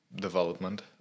development